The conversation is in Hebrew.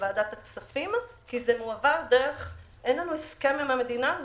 ועדת הכספים כי אין לנו הסכם עם מדינה,